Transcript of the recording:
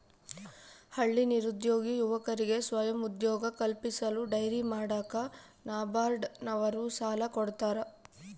ಹಳ್ಳಿ ನಿರುದ್ಯೋಗಿ ಯುವಕರಿಗೆ ಸ್ವಯಂ ಉದ್ಯೋಗ ಕಲ್ಪಿಸಲು ಡೈರಿ ಮಾಡಾಕ ನಬಾರ್ಡ ನವರು ಸಾಲ ಕೊಡ್ತಾರ